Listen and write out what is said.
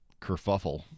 kerfuffle